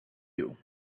you